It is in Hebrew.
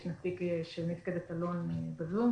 יש נציג של מפקדת אלון בזום,